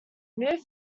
new